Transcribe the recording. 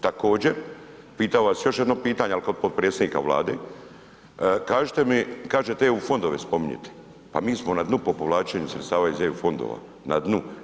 Također, pitam vas još jedno pitanje ali kao potpredsjednika Vlade, kažite mi, kažete eu fondove spominjete, pa mi smo na dnu po povlačenju sredstava iz eu fondova, na dnu.